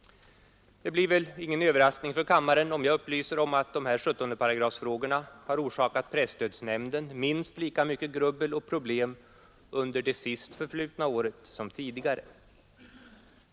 Det blir väl ingen överraskning för kammaren om jag upplyser om att 17 §-frågorna har orsakat presstödsnämnden minst lika mycket grubbel och problem under det sist förflutna året som tidigare.